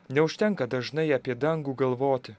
neužtenka dažnai apie dangų galvoti